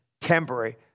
Temporary